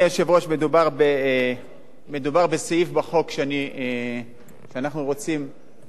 מדובר בסעיף בחוק שאנחנו רוצים לבטל אותו.